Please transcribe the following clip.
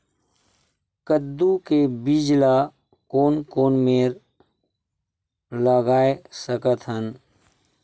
कददू के बीज ला कोन कोन मेर लगय सकथन?